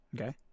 Okay